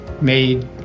made